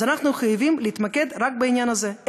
אז אנחנו חייבים להתמקד רק בעניין הזה של